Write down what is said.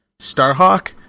starhawk